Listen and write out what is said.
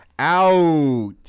out